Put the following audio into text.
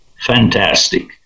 Fantastic